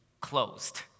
closed